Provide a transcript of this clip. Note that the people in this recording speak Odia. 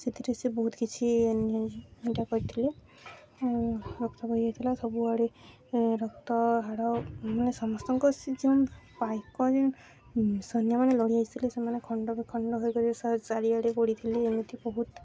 ସେଥିରେ ସେ ବହୁତ କିଛି ଏଟା କରିଥିଲେ ରକ୍ତ ବୋହିଯାଇଥିଲା ସବୁଆଡ଼େ ରକ୍ତ ହାଡ଼ ମାନେ ସମସ୍ତଙ୍କ ସେ ଯେଉଁ ପାଇକ ଯେଉଁ ସୈନ୍ୟମାନେ ଲଢ଼ିଯାଇଥିଲେ ସେମାନେ ଖଣ୍ଡ ବିଖଣ୍ଡ ହୋଇକରି ଚାରିଆଡ଼େ ପଡ଼ିଥିଲେ ଏମିତି ବହୁତ